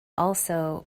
also